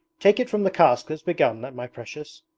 take it from the cask that's begun, my precious